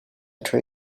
try